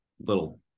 little